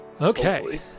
okay